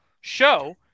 show